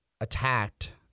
attacked